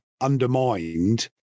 undermined